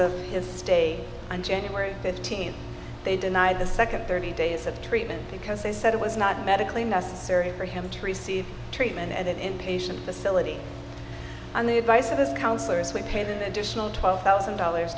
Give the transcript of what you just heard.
stay on january fifteenth they denied the second thirty days of treatment because they said it was not medically necessary for him to receive treatment and patient facility on the advice of his counselors would pay the additional twelve thousand dollars